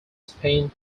spin